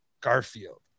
Garfield